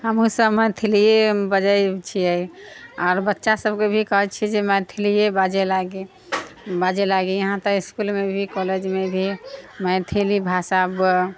हमहुँ सभ मैथलियै बजै छियै आओर बच्चा सभके भी कहै छियै जे मैथिलीये बाजै लागि बाजै लागि यहाँ तऽ इसकुलमे भी कॉलेजमे भी मैथिली भाषा